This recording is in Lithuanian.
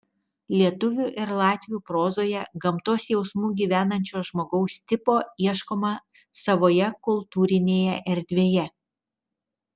lietuvių ir latvių prozoje gamtos jausmu gyvenančio žmogaus tipo ieškoma savoje kultūrinėje erdvėje